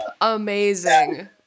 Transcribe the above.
Amazing